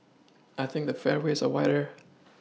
I think the fairways are wider